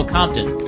Compton